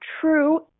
true